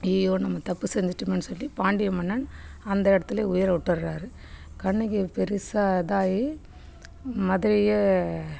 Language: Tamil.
ஐயையோ நம்ம தப்பு செஞ்சிட்டோம்மேன்னு சொல்லி பாண்டிய மன்னன் அந்த இடத்துலே உயிரை விட்டுர்றாரு கண்ணகி பெரிசா இதாகி மதுரையே